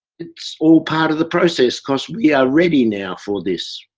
it's all part of the process because we are ready now for this.